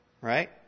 right